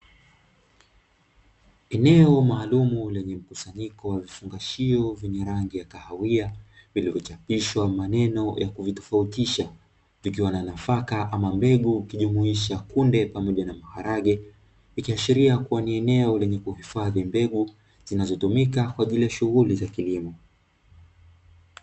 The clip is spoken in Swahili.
Eneo maalumu lenye mkusanyiko wa vifungashio vyenye rangi ya kahawia vilivyochapishwa maneno ya kuvitofautisha vikiwa na nafaka ama mbegu ikijumuisha kunde pamoja na maharage, ikiashiria ni eneo lenye kuhifadhi mbegu zinazotumika kwa ajili ya shughuli za kilimo.